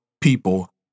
people